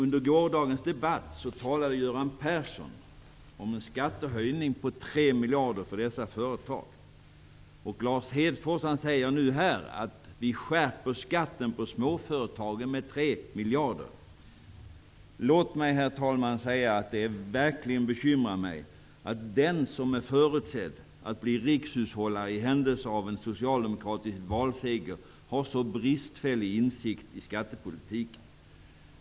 I gårdagens debatt talade Göran Persson om en skattehöjning på 3 miljarder kronor för dessa företag, och Lars Hedfors säger nu att vi skärper skatten på småföretagen med 3 miljarder. Det bekymrar mig verkligen att den som i händelse av en socialdemokratisk valseger är förutsedd att bli rikshushållare har så bristfällig insikt i skattepolitiken.